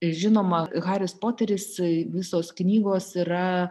žinoma haris poteris visos knygos yra